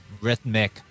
rhythmic